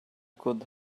could